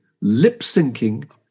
lip-syncing